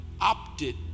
opted